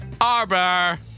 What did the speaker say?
Arbor